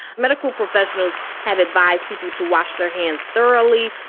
medical professionals have advised people to wash their hands, thoroughly,